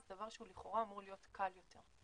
זה דבר שהוא לכאורה אמור להיות קל יותר.